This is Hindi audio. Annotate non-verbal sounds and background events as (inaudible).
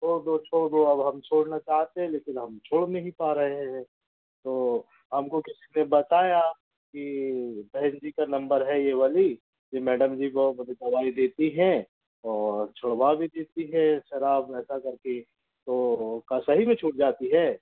छोड़ दो छोड़ दो अब हम छोड़ना चाहते हैं लेकिन हम छोड़ नहीं पा रहे हैं तो हमको किसी ने बताया कि बहन जी का नंबर है ये वाली कि मैडम जी को (unintelligible) दवाई देती हैं और छुड़वा भी देती हैं शराब नशा कर के तो क्या सही में छूट जाती है